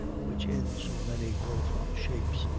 which in so many woful shapes,